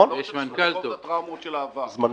שלא יחזרו הטראומות של העבר.